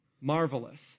Marvelous